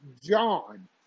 John